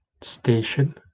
Station